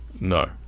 No